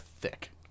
thick